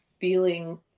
feeling